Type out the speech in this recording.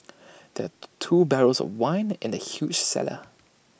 there two barrels of wine in the huge cellar